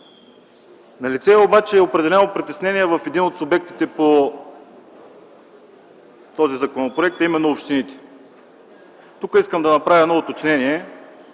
Налице е обаче определено притеснение в един от субектите по този законопроект, а именно общините. Тук искам да направя уточнение.